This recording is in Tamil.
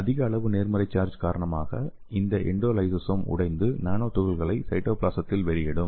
அதிக அளவு நேர்மறை சார்ஜ் காரணமாக இந்த எண்டோலைசோசோம் உடைந்து நானோ துகள்களை சைட்டோபிளாஸத்தில் வெளியிடும்